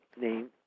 name